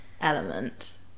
element